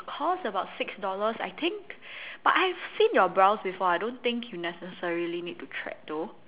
cost about six dollars I think but I've seen your brows before I don't think you necessarily need to thread though